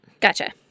Gotcha